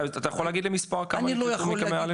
יש לך מספר כמה נקלטו מקמ"ע א'?